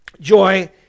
joy